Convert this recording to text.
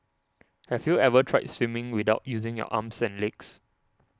have you ever tried swimming without using your arms and legs